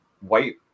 white